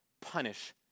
punish